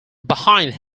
behind